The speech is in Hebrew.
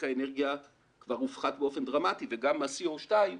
האנרגיה כבר הופחת באופן דרמטי וגם ה-Co2,